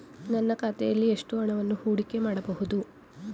ನನ್ನ ಖಾತೆಯಲ್ಲಿ ಎಷ್ಟು ಹಣವನ್ನು ಹೂಡಿಕೆ ಮಾಡಬಹುದು?